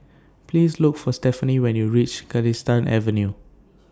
Please Look For Stefanie when YOU REACH Galistan Avenue